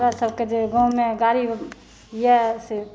हमरा सबके जे गाँव मे गाड़ी यऽ से